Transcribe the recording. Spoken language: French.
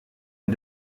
est